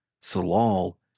Salal